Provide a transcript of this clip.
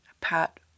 Pat